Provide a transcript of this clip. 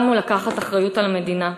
חזרנו לקחת אחריות על המדינה.